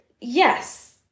yes